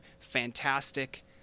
fantastic